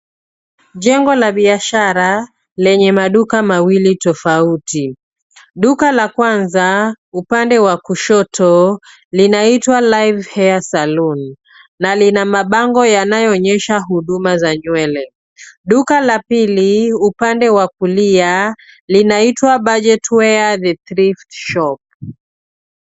Jengo la biashara lenya maduka mawili tofauti. Duka la kwanza upande wa kushoto linaitwa Live hair salon na lina mabango yanayo onyesha huduma za nywele. Duka la pili upande wa kulia linaitwa BUDGET WEAR The Thrift Shop .